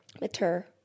Mature